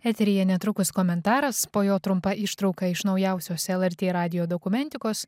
eteryje netrukus komentaras po jo trumpa ištrauka iš naujausios lrt radijo dokumentikos